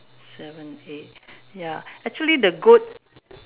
seven eight ya actually the goat